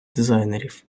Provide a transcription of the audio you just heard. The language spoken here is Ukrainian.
дизайнерів